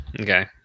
Okay